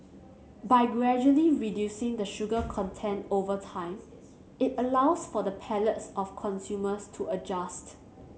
by gradually reducing the sugar content over time it allows for the palates of consumers to adjust